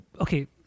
Okay